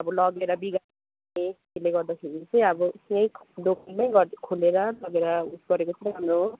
अब लगेर बिगार त्यसले गर्दाखेरि चाहिँ अब दोकानमै गरेर खोलेर उ गरेको चाहिँ राम्रो हो